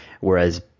whereas